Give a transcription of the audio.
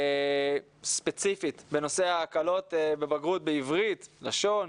ספציפית בנושא ההקלות בבגרות בעבירת, לשון,